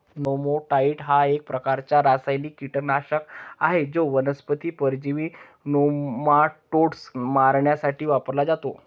नेमॅटाइड हा एक प्रकारचा रासायनिक कीटकनाशक आहे जो वनस्पती परजीवी नेमाटोड्स मारण्यासाठी वापरला जातो